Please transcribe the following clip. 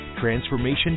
Transformation